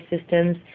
systems